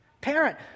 Parent